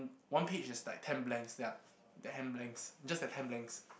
one page is like ten blanks ya ten blanks just that ten blanks